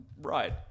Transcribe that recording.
right